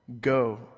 go